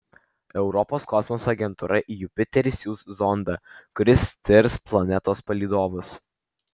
europos kosmoso agentūra į jupiterį siųs zondą kuris tirs planetos palydovus